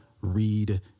read